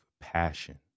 passion